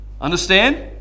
Understand